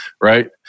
right